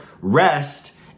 rest